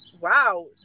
wow